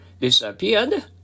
disappeared